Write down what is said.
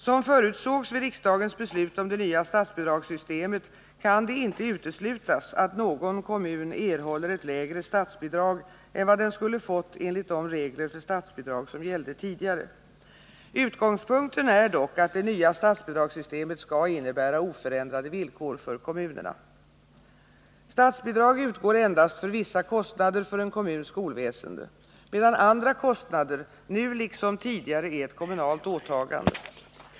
Som förutsågs vid riksdagens beslut om det nya statsbidragssystemet kan det inte uteslutas att någon kommun erhåller ett lägre statsbidrag än vad den skulle ha fått enligt de regler för statsbidrag som gällde tidigare. Utgångspunkten är dock att det nya statsbidragssystemet skall innebära oförändrade villkor för kommunerna. Statsbidrag utgår endast för vissa kostnader för en kommuns skolväsende, medan andra kostnader, nu liksom tidigare, är ett kommunalt åtagande.